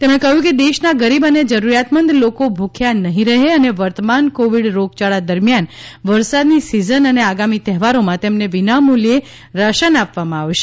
તેમણે કહ્યું કે દેશના ગરીબ અને જરૂરિયાતમંદ લોકો ભૂખ્યા નહીં રહે અને વર્તમાન કોવિડ રોગયાળા દરમિયાન વરસાદની સીઝન અને આગામી તહેવારોમાં તેમને વિના મૂલ્યે રેશન આપવામાં આવશે